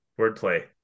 wordplay